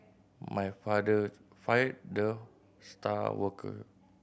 my father fired the star worker